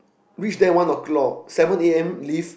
reach there one o'clock seven A_M leave